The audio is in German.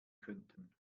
könnten